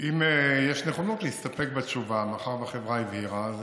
אם יש נכונות להסתפק בתשובה מאחר שהחברה הבהירה,